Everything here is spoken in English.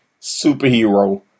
superhero